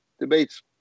debates